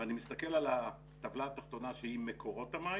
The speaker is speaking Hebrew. ואני מסתכל על הטבלה התחתונה שהיא מקורות המים,